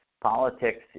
politics